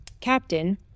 Captain